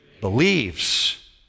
Believes